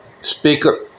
speaker